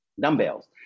Dumbbells